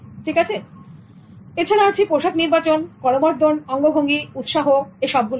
ঠিক আছে এছাড়া আছে পোশাক নির্বাচন করমর্দন অঙ্গভঙ্গি উৎসাহ এগুলোও